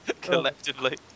Collectively